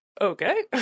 Okay